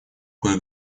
кое